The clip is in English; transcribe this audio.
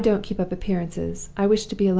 i don't keep up appearances. i wish to be alone,